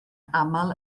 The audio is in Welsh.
aml